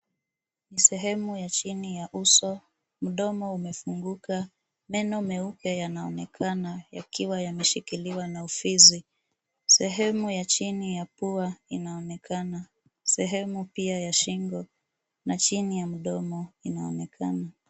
Sehemu ya chini ya uso, kinywa kimefunguka na meno meupe yanaonekana, yakiwa yameshikwa na ufizi. Sehemu ya chini ya uso pamoja na shingo pia inaonekana, ikiwemo eneo chini ya kidevu.